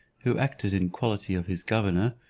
who acted in quality of his governor,